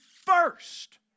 first